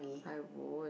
I won't